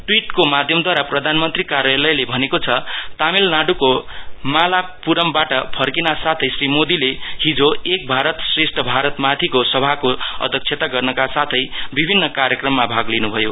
ट्विटको माध्यमदूवारा प्रधानमन्त्री कार्यालयले भनेको छ तामील नाडुको मामालापुरमबाट फर्किनासाथै श्री मोदीले हिजोल एक भारत श्रेष्ट भारतमाथिको सथाको अध्यक्षता गर्नका साथै विभिन्न कार्यक्रममा भाग लिनु भयो